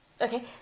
Okay